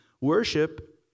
worship